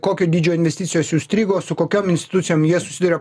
kokio dydžio investicijos užstrigo su kokiom institucijom jie susiduria